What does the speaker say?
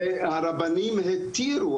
והרבנים התירו,